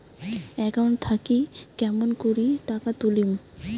Account থাকি কেমন করি টাকা তুলিম?